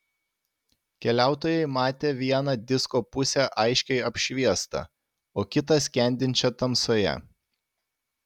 keliautojai matė vieną disko pusę aiškiai apšviestą o kitą skendinčią tamsoje